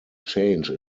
change